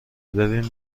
ببین